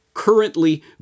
currently